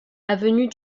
avenue